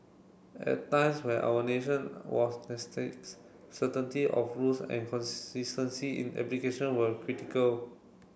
at times where our nation was certainty of rules and consistency in application were critical